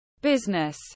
business